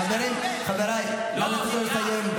חברים, חבריי, אנא, תנו לו לסיים.